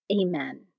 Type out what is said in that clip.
Amen